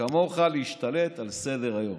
כמוך להשתלט על סדר-היום.